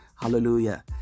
Hallelujah